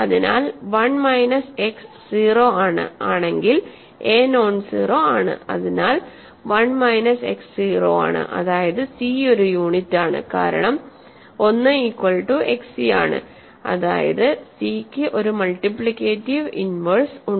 അതിനാൽ 1 minus x 0 ആണ് ആണെങ്കിൽ എ നോൺസീറോ ആണ് അതിനാൽ 1 മൈനസ് x 0 ആണ് അതായത് സി ഒരു യൂണിറ്റാണ് കാരണം 1 ഈക്വൽ ടു xc ആണ് അതായത് സിക്ക് ഒരു മൾട്ടിപ്ലിക്കേറ്റിവ് ഇൻവേഴ്സ് ഉണ്ട്